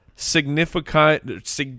Significant